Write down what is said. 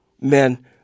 men